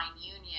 union